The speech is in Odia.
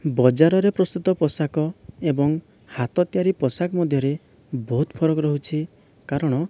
ବଜାରରେ ପ୍ରସ୍ତୁତ ପୋଷାକ ଏବଂ ହାତ ତିଆରି ପୋଷାକ ମଧ୍ୟରେ ବହୁତ ଫରକ ରହୁଛି କାରଣ